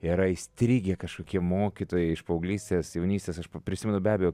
yra įstrigę kažkokie mokytojai iš paauglystės jaunystės aš prisimenu be abejo